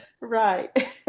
Right